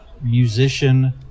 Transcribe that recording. musician